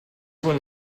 when